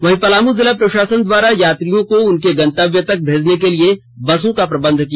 वहीं पलामू जिला प्रशासन हारा यात्रियों को उनके गंतव्य तक भेजने के लिए बसों का प्रबंध किया